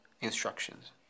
instructions